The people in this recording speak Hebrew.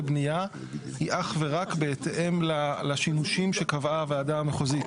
בניה היא אך ורק בהתאם לשימושים שקבעה הוועדה המחוזית.